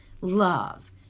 love